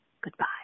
Goodbye